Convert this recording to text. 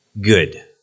good